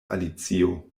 alicio